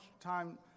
time